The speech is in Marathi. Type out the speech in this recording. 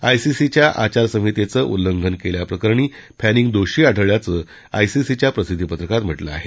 आयसीसीच्या आचासंहितेच उल्लंघन केल्याप्रकरणी फॅनिंग दोषी आढळल्याचं आयसीसीच्या प्रसिद्धीपत्रकात म्हटलं आहे